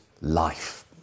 life